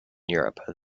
europe